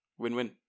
Win-win